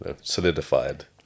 solidified